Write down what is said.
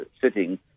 sitting